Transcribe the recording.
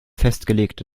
festgelegte